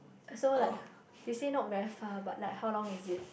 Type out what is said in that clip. so like you say not very far but like how long is it